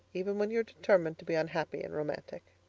even when you're determined to be unhappy and romantic.